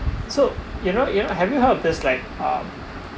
so you know you know have you heard of this like uh